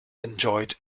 enjoyed